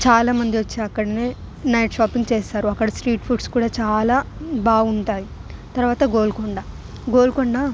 చాలా మంది వచ్చి అక్కడనే నైట్ షాపింగ్ చేస్తారు అక్కడ స్ట్రీట్ ఫుడ్స్ కూడా చాలా బాగుంటాయి తర్వాత గోల్కొండ గోల్కొండ